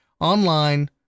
online